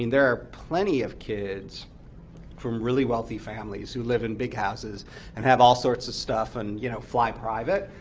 there are plenty of kids from really wealthy families who live in big houses and have all sorts of stuff and you know fly private,